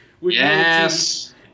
Yes